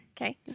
Okay